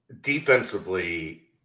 Defensively